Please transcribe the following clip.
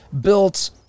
built